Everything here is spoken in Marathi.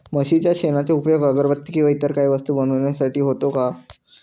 म्हशीच्या शेणाचा उपयोग अगरबत्ती किंवा इतर काही वस्तू बनविण्यासाठी होतो का?